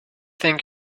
think